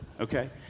okay